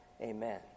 amen